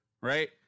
right